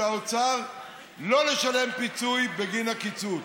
שלא לשלם פיצוי בגין הקיצוץ.